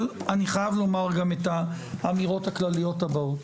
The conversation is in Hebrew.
אבל אני חייב לומר גם את האמירות הכלליות הבאות,